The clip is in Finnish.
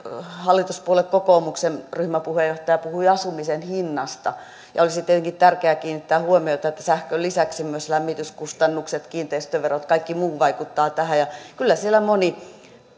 hallituspuolue kokoomuksen ryhmäpuheenjohtaja puhui asumisen hinnasta olisi tietenkin tärkeää kiinnittää huomiota siihen että sähkön lisäksi myös lämmityskustannukset kiinteistöverot kaikki muu vaikuttaa tähän kyllä siellä moni